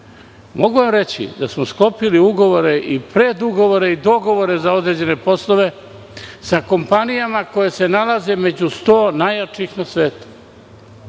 Mogu vam reći da smo sklopili ugovore i predugovore i dogovore za određene poslove sa kompanijama koje se nalaze među 100 najjačih na svetu,